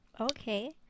Okay